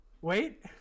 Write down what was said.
wait